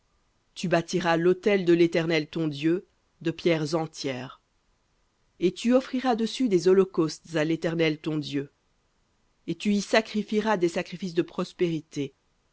tu bâtiras l'autel de l'éternel ton dieu de pierres entières et tu offriras dessus des holocaustes à l'éternel ton dieu et tu y sacrifieras des sacrifices de prospérités